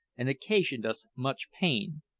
and occasioned us much pain.